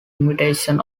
invitation